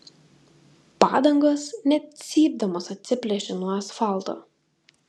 padangos net cypdamos atsiplėšė nuo asfalto